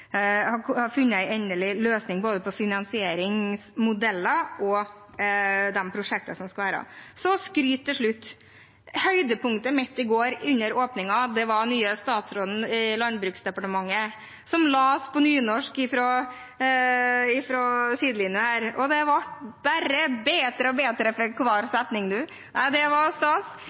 til man har funnet en endelig løsning, både på finansieringsmodeller og på de prosjektene som skal være. Så skryt til slutt: Høydepunktet mitt under åpningen i går var den nye statsråden i Landbruks- og matdepartementet, som leste på nynorsk fra sidelinja her – og det ble bare bedre og bedre for hver setning, ja, det var stas!